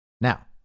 Now